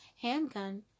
handgun